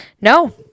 No